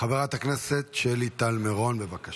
חברת הכנסת שלי טל מירון, בבקשה.